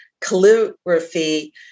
calligraphy